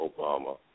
Obama